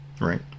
Right